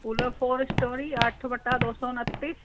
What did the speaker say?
फुलो four story अठ बटा दौ सौ उनतीस